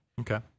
Okay